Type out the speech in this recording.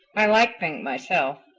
i like pink myself.